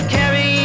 carry